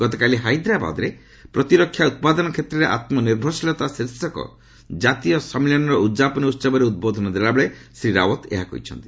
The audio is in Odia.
ଗତକାଲି ହାଇଦ୍ରାବାଦ୍ରେ ପ୍ରତିରକ୍ଷା ଉତ୍ପାଦନ କ୍ଷେତ୍ରରେ ଆତ୍ମନିର୍ଭରଶୀଳତା ଶୀର୍ଷକ ଜାତୀୟ ସମ୍ମିଳନୀର ଉଦ୍ଯାପନୀ ଉହବରେ ଉଦ୍ବୋଧନ ଦେଲା ବେଳେ ଶ୍ରୀ ରାଓ୍ୱତ୍ ଏହା କହିଛନ୍ତି